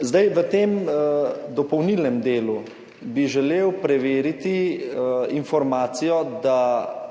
V dopolnilnem delu bi želel preveriti informacijo, ki